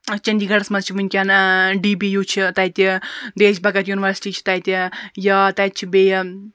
چَندی گَڑَس مَنٛز چھِ ونکیٚن ڈی بی یوٗ چھ تَتہِ دیش بَگَت یونیوَرسٹی چھِ تَتہِ یا تَتہِ چھ بیٚیہِ